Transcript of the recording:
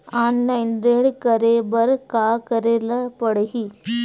Online ऋण करे बर का करे ल पड़हि?